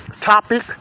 topic